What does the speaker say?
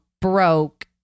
broke